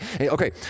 Okay